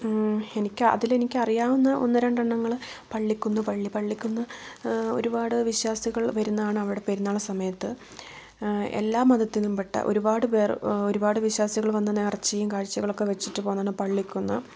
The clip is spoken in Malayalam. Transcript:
എനിക്ക് അതിലെനിക്കറിയാവുന്ന ഒന്ന് രണ്ടെണ്ണങ്ങള് പള്ളിക്കുന്ന് പള്ളി പള്ളിക്കുന്ന് ഒരുപാട് വിശ്വാസികൾ വരുന്നതാണ് അവിടെ പെരുന്നാളിൻ്റെ സമയത്ത് എല്ലാ മതത്തിലും പെട്ട ഒരുപാട് പേർ ഒരുപാട് വിശ്വാസികൾ വന്ന് നേർച്ചയും കാഴ്ച്ചകളൊക്കെ വച്ചിട്ട് പോകുന്നതാണ് പള്ളിക്കുന്ന്